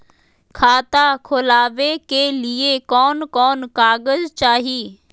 खाता खोलाबे के लिए कौन कौन कागज चाही?